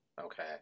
Okay